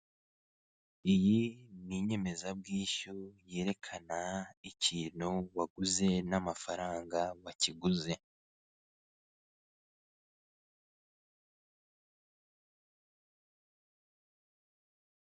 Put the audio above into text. Iyi ni inyemezabwishyu yerekana ikintu waguze n'amafaranga wakiguze.